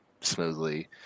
smoothly